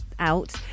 out